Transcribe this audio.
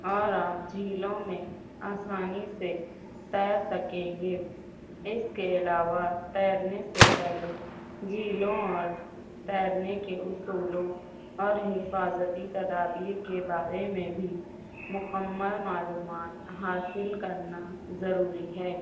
اور آپ جھیلوں میں آسانی سے تیر سکیں گے اس کے علاوہ تیرنے سے پہلے جھیلوں اور تیرنے کے اصولوں اور حفاظتی تدابیر کے بارے میں بھی مکمل معلومات حاصل کرنا ضروری ہے